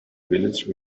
village